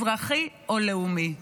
אזרחי או לאומי.